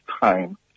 time